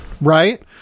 right